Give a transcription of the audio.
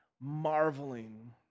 marveling